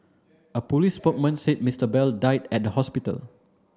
a police spokesman said Mr Bell died at the hospital